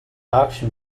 auction